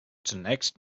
zunächst